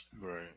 Right